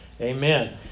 Amen